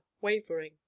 wavering